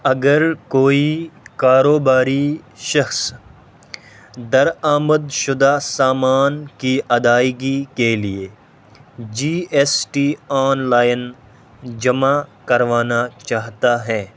اگر کوئی کاروباری شخص درآمد شدہ سامان کی ادائیگی کے لیے جی ایس ٹی آنلائن جمع کروانا چاہتا ہے